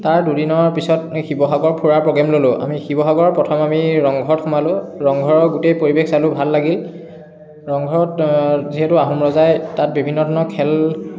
তাৰ দুদিনৰ পিছত এই শিৱসাগৰ ফুৰাৰ প্ৰগ্ৰেম ল'লো আমি শিৱসাগৰ প্ৰথম আমি ৰংঘৰত সোমালো ৰংঘৰৰ গোটেই পৰিৱেশ চালো ভাল লাগিল ৰংঘৰত যিহেতু আহোম ৰজাই তাত বিভিন্ন ধৰণৰ খেল